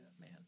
man